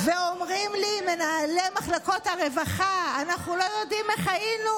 אומרים לי מנהלי מחלקות הרווחה: אנחנו לא יודעים איך היינו